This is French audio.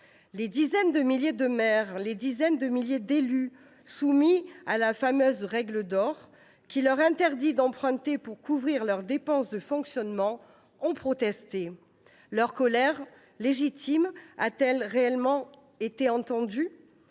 Les dizaines de milliers de maires et les dizaines de milliers d’élus soumis à la fameuse règle d’or, qui leur interdit d’emprunter pour couvrir leurs dépenses de fonctionnement, ont protesté. Leur colère, légitime, a t elle été réellement entendue ?